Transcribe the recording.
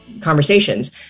conversations